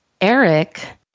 Eric